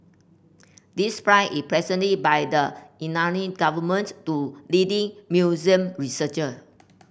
this prize is presented by the Iranian government to leading Muslim researcher